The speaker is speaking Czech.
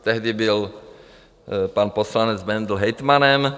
Ale tehdy byl pan poslanec Bendl hejtmanem.